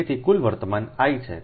તેથી કુલ વર્તમાન I છે